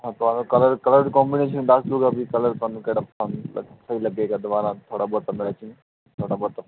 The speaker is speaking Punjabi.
ਉਹ ਤੁਹਾਨੂੰ ਕਲਰ ਕਲਰ ਕੋੋੋਬੀਨੇਸ਼ਨ ਦੱਸ ਦੂਗਾ ਵੀ ਕਲਰ ਤੁਹਾਨੂੰ ਕਿਹੜਾ ਪਸੰਦ ਹੈ ਸਹੀ ਲੱਗੇਗਾ ਦੁਬਾਰਾ ਥੋੜ੍ਹਾ ਬਹੁਤਾ ਮੈਚਿੰਗ ਥੋੜ੍ਹਾ ਬਹੁਤਾ